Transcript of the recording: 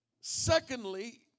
Secondly